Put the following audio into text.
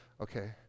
okay